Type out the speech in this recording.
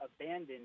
abandoned